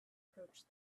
approach